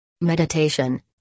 Meditation